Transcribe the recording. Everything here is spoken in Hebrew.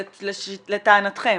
לטענתכם?